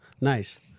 Nice